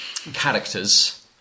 Characters